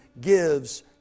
gives